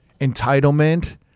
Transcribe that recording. entitlement